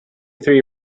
three